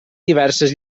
diverses